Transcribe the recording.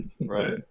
right